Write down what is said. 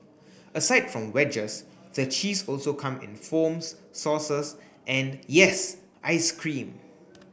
aside from wedges the cheese also come in foams sauces and yes ice cream